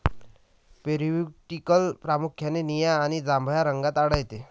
periwinkle प्रामुख्याने निळ्या आणि जांभळ्या रंगात आढळते